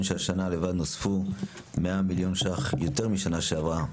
שהשנה לבד נוספו 100 מיליון שקלים יותר משנה שעברה,